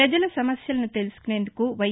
ప్రపజల సమస్యలను తెలుసుకునేందుకు వై